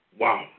Wow